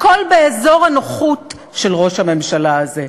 הכול באזור הנוחות של ראש הממשלה הזה.